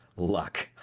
luck!